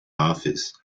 office